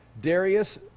Darius